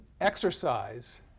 exercise